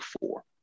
four